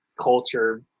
culture